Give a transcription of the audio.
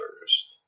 first